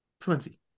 plenty